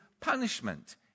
punishment